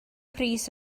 pris